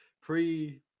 pre